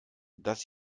dass